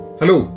Hello